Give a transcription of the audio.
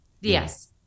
Yes